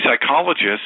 psychologists